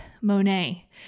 Monet